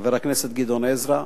חבר הכנסת גדעון עזרא.